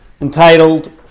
entitled